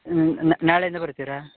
ನ್ ನಾಳೆಯಿಂದ ಬರ್ತೀರಾ